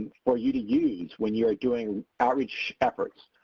for you to use when you are doing outreach efforts.